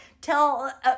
tell